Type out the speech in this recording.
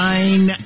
Nine